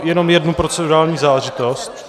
Jenom jednu procedurální záležitost.